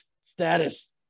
status